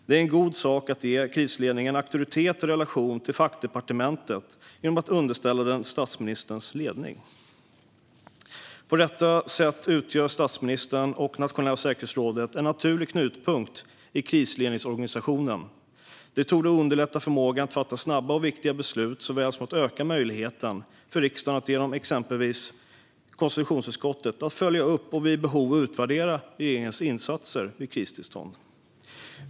Det är en god sak att ge krisledningen auktoritet i relation till fackdepartementet genom att underställa den statsministerns ledning. På detta sätt utgör statsministern och det nationella säkerhetsrådet en naturlig knutpunkt i krisledningsorganisationen. Det torde underlätta förmågan att fatta snabba och viktiga beslut såväl som att öka möjligheten för riksdagen att genom exempelvis konstitutionsutskottet följa upp och vid behov utvärdera regeringens insatser vid kristillstånd.